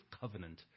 covenant